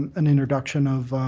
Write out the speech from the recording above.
an introduction of